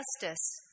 justice